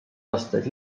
aastaid